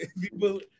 People